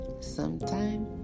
Sometime